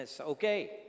Okay